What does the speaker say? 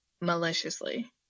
maliciously